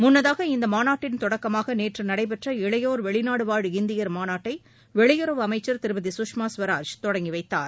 முன்னதாக இம்மாநாட்டின் தொடக்கமாக நேற்று நடைபெற்ற இளையோர் வெளிநாடு வாழ் இந்தியர் மாநாட்டை வெளியுறவு அமைச்சர் திருமதி சுஷ்மா ஸ்வராஜ் தொடங்கி வைத்தார்